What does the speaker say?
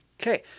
Okay